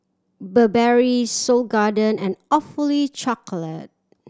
Burberry Seoul Garden and Awfully Chocolate